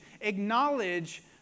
acknowledge